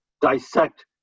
dissect